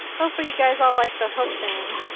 hopefully you guys all like the hook thing.